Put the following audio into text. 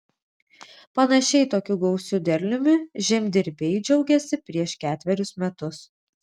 panašiai tokiu gausiu derliumi žemdirbiai džiaugėsi prieš ketverius metus